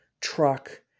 truck